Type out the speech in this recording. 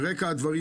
ברקע הדברים,